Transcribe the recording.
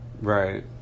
Right